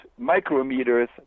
micrometers